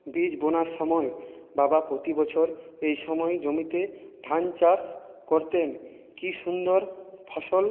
বীজ বোনার সময় বাবা প্রতি বছর এই সময় জমিতে ধান চাষ করতেন কী সুন্দর ফসল